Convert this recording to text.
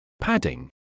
Padding